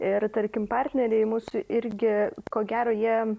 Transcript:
ir tarkim partneriai mūsų irgi ko gero jie